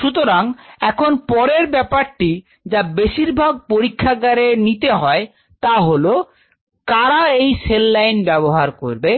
সুতরাং এখন পরের ব্যাপারটি যা বেশিরভাগ পরীক্ষাগারে নিতে হয় তাহলো কারা এই সেল লাইন ব্যবহার করবে